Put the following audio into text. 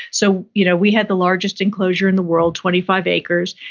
so you know we had the largest enclosure in the world, twenty five acres.